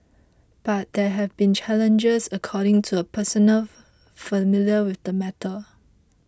but there have been challenges according to a person familiar with the matter